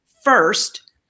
first